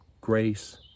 grace